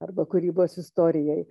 arba kūrybos istorijoj